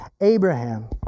Abraham